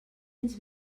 ens